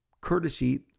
courtesy